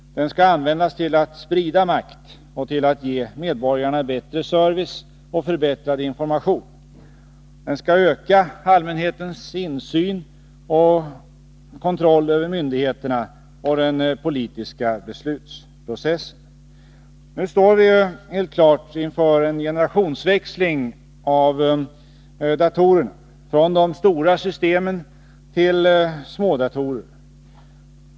Den skall användas till att sprida makt och till att ge medborgarna bättre service och förbättrad information. Den skall öka allmänhetens insyn och kontroll över myndigheterna och den politiska beslutsprocessen. Nu står vi helt klart inför en generationsväxling i fråga om datorerna, från de stora systemen till smådatorer.